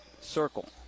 circle